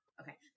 Okay